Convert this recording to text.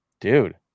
dude